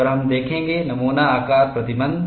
और हम देखेंगे नमूना आकार प्रतिबंध